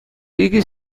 икӗ